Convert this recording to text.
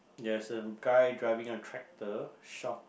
there's a guy driving a tractor shock